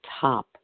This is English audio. top